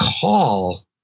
call